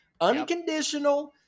Unconditional